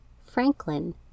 Franklin